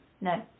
No